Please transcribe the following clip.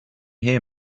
hear